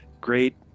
great